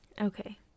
okay